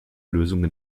lösungen